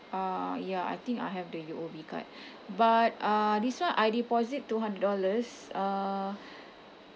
uh ya I think I have the U_O_B card but uh this [one] I deposit two hundred dollars uh